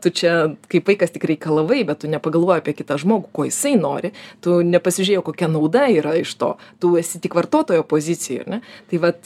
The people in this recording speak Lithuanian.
tu čia kaip vaikas tik reikalavai bet tu nepagalvojai apie kitą žmogų ko jisai nori tu nepasižiūrėjai o kokia nauda yra iš to tu esi tik vartotojo pozicijoj ar ne tai vat